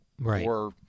Right